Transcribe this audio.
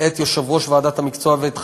את יושב-ראש ועדת המקצוע ואת חבריה.